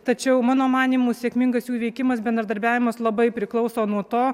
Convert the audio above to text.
tačiau mano manymu sėkmingas jų įveikimas bendradarbiavimas labai priklauso nuo to